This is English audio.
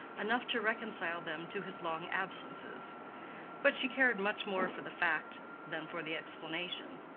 enough to reconcile them to his long absences but she cared much more for the fact than for the explanation.